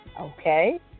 Okay